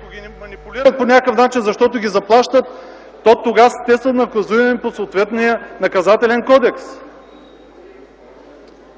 ако го манипулират по някакъв начин, защото ги заплащат, тогава те са наказуеми по Наказателния кодекс.